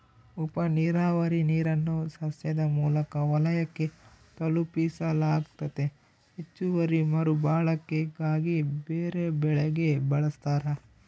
ಉಪನೀರಾವರಿ ನೀರನ್ನು ಸಸ್ಯದ ಮೂಲ ವಲಯಕ್ಕೆ ತಲುಪಿಸಲಾಗ್ತತೆ ಹೆಚ್ಚುವರಿ ಮರುಬಳಕೆಗಾಗಿ ಬೇರೆಬೆಳೆಗೆ ಬಳಸ್ತಾರ